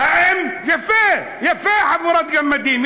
יפה, יפה, חבורת גמדים.